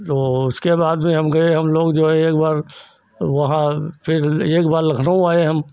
तो उसके बाद हम गए हम लोग जो है एक बार वहाँ से घूमने एक बार लखनऊ आए हम